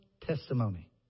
testimony